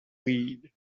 weed